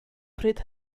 pryd